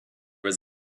was